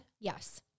yes